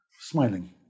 smiling